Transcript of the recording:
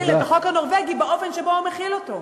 הוא מחיל את החוק הנורבגי באופן שבו הוא מחיל אותו.